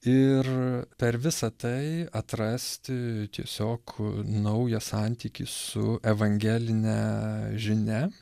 ir per visą tai atrasti tiesiog naują santykį su evangeline žinia